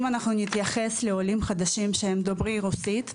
אם אנחנו נתייחס לעולים חדשים שהם דוברי רוסית,